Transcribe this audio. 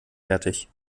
fertig